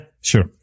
sure